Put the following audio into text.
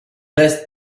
best